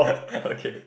okay